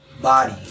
body